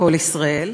ב"קול ישראל",